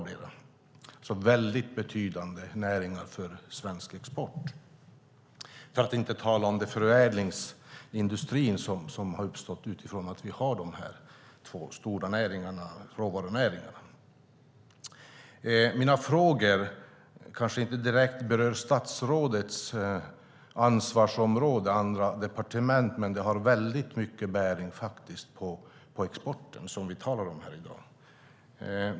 Det är väldigt betydande näringar för svensk export, för att inte tala om den förädlingsindustri som uppstått utifrån att vi har de här två stora råvarunäringarna. Mina frågor kanske inte direkt berör statsrådets ansvarsområde utan andra departement, men de har faktiskt väldigt mycket bäring på exporten, som vi talar om här i dag.